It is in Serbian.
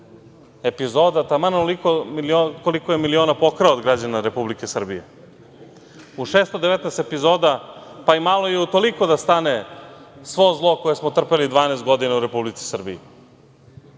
epizoda, taman onoliko koliko je miliona pokrao od građana Republike Srbije.U 619 epizoda, pa malo je i u toliko da stane svo zlo koje smo trpeli 12 godina u Republici Srbiji.